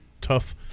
tough